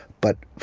but,